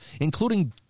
including